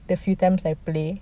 the few times I play